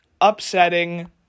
upsetting